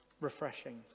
refreshing